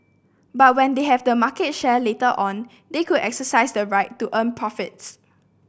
but when they have the market share later on they could exercise the right to earn profits